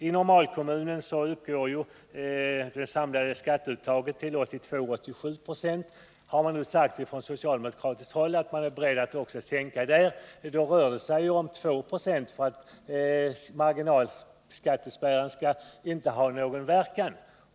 I normalkommunen kan det samlade skatteuttaget uppgå till 82-87 26. Har man nu från socialdemokratiskt håll förklarat sig beredd att sänka det uttaget, rör det sig om 2 96 för att marginalskattespärren inte skall ha någon verkan.